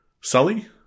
Sully